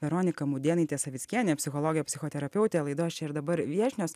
veronika mudėnaitė savickienė psichologė psichoterapeutė laidos čia ir dabar viešnios